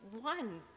one